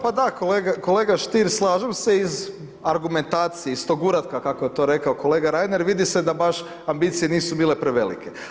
Pa da, kolega Stier, slažem se iz argumentacije, iz tog uratka kako je to rekao kolega Reiner vidi se da baš ambicije nisu bile prevelike.